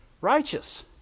Righteous